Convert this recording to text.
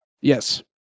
Yes